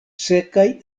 sekaj